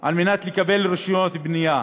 על מנת לקבל רישיונות בנייה.